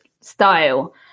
style